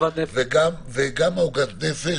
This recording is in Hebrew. וגם עגמת נפש,